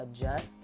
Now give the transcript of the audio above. adjust